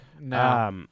No